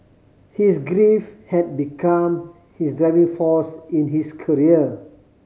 his grief had become his driving force in his career